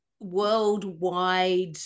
worldwide